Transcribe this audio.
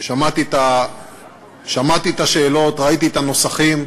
שמעתי את השאלות, ראיתי את הנוסחים,